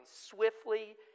swiftly